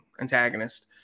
antagonist